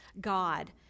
god